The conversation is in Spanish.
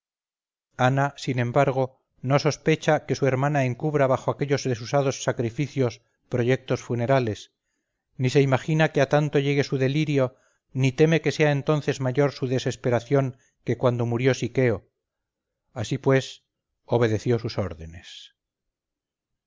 ana sin embargo no sospecha que su hermana encubra bajo aquellos desusados sacrificios proyectos funerales ni se imagina que a tanto llegue su delirio ni teme que sea entonces mayor su desesperación que cuando murió siqueo así pues obedeció sus órdenes